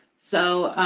so,